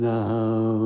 now